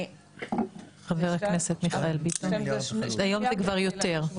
חבר הכנסת מיכאל ביטון, היום זה כבר יותר.